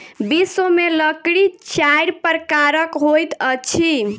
विश्व में लकड़ी चाइर प्रकारक होइत अछि